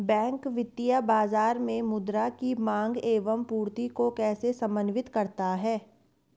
Bank वित्तीय बाजार में मुद्रा की माँग एवं पूर्ति को कैसे समन्वित करता है?